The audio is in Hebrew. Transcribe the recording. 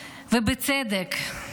ובצדק.